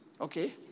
okay